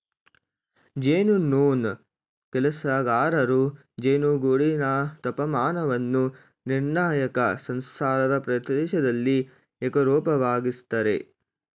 ಜೇನುನೊಣ ಕೆಲಸಗಾರರು ಜೇನುಗೂಡಿನ ತಾಪಮಾನವನ್ನು ನಿರ್ಣಾಯಕ ಸಂಸಾರದ ಪ್ರದೇಶ್ದಲ್ಲಿ ಏಕರೂಪವಾಗಿಸ್ತರೆ